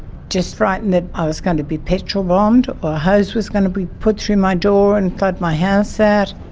just frightened that i was going to be petrol-bombed or a hose was going to be put through my door and flood my house out.